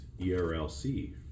ERLC